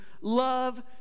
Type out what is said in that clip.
love